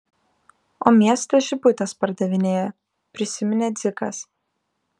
o mieste žibutes pardavinėja prisiminė dzikas